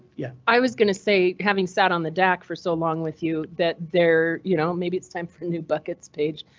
yeah, i was going to say having sat on the dac for so long with you that there, you know, maybe it's time for new buckets page.